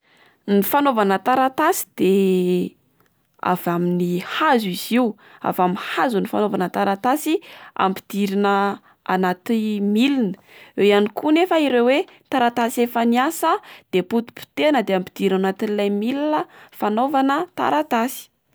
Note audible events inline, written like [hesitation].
Ny fanaovana taratasy de [hesitation] avy amin'ny hazo izy io, avamin'ny hazo ny fanaovana taratasy ampidirina [hesitation] anaty milina. Eo ihany koa nefa ireo oe taratasy efa niasa de potipotehana de ampidirina ao anatin'ilay milina fanaovana taratasy.